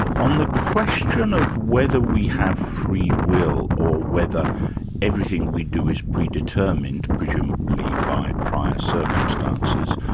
on the question of whether we have free will or whether everything we do is predetermined, presumably by prior circumstances,